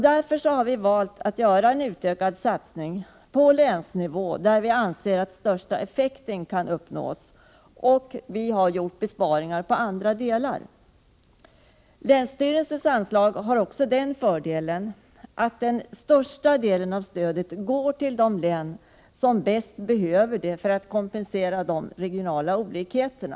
Därför har vi valt att göra en utökad satsning på den nivå där vi anser att största effekt kan uppnås, och vi har gjort besparingar i andra delar. Länsstyrelsens anslag har också den fördelen att den största delen av stödet går till de län som bäst behöver det för att kompensera de regionala olikheterna.